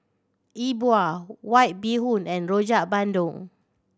E Bua White Bee Hoon and Rojak Bandung